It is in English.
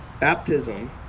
Baptism